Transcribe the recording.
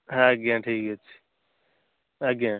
ହଁ ଆଜ୍ଞା ଠିକ୍ ଅଛି ଆଜ୍ଞା